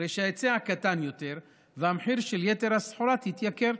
הרי שההיצע קטן יותר והמחיר של יתר הסחורה יעלה.